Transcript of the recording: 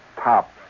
top